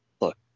look